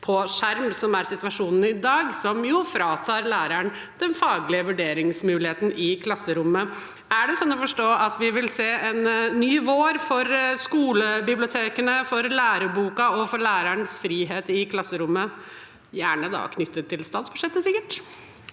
på skjerm, slik situasjonen er i dag, som jo fratar læreren den faglige vurderingsmuligheten i klasserommet. Er det sånn å forstå at vi vil se en ny vår for skolebibliotekene, for læreboka og for lærerens frihet i klasserommet – gjerne knyttet til statsbudsjettet? Statsråd